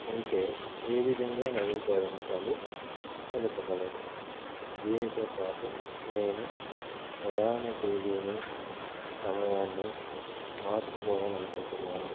ఉంటే ఏ విధంగా నవీకరించాలి తెలుపగలరు దీనితో పాటు నేను ప్రయాణ తేదీని సమయాన్ని మార్చుకోవాలి అనుకుంటున్నాను